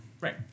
Right